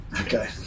Okay